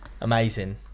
amazing